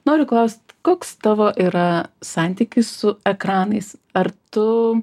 noriu klaust koks tavo yra santykį su ekranais ar tu